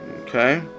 Okay